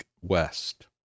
West